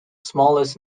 smallest